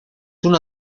una